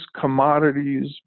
commodities